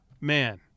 man